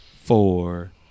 four